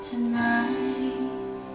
Tonight